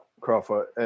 Crawford